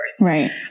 Right